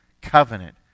covenant